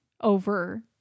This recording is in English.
over